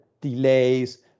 delays